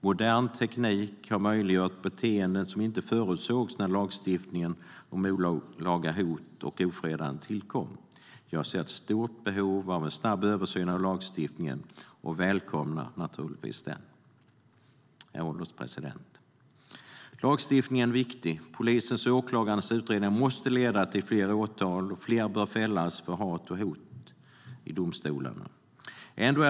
Modern teknik har möjliggjort beteenden som inte förutsågs när lagstiftningen om olaga hot och ofredande tillkom. Jag ser ett stort behov av en snabb översyn av lagstiftningen och välkomnar naturligtvis denna. Herr ålderspresident! Lagstiftningen är viktig. Polisens och åklagarnas utredningar måste leda till fler åtal, och fler bör fällas för hat och hot i domstolarna.